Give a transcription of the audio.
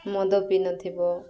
ମଦ ପିଇନଥିବ